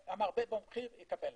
המרבה במחיר יקבל.